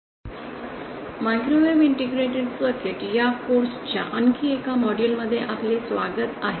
'microwave integrated circuits' 'Microwave Integrated circuits' या course च्या आणखी एका मॉड्यूल मध्ये आपले स्वागत आहे